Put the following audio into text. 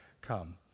Come